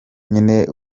nyine